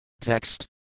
Text